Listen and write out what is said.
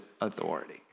authority